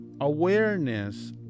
Awareness